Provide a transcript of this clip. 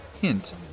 hint